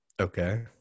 okay